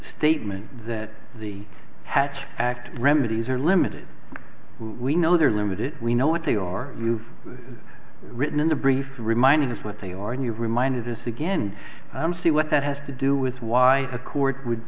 statement that the hatch act remedies are limited we know they're limited we know what they are you've written in the briefs reminding us what they are and you're reminded this again and i'm see what that has to do with why a court would